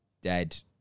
dead